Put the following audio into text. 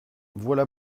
voilà